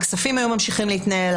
הכספים היו ממשיכים להתנהל,